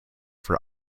for